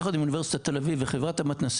יחד עם אוניברסיטת תל אביב וחברת המתנ"סים,